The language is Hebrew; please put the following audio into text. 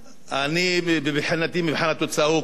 מבחינתי מבחן התוצאה הוא הקובע.